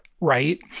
right